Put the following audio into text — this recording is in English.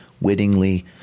wittingly